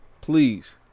Please